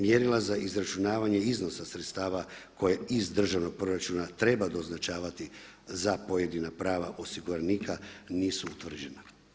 Mjerila za izračunavanje iznosa sredstava koje iz državnog proračuna treba doznačavati za pojedina prava osiguranika nisu utvrđena.